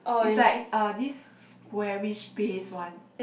it's like uh this squarish base one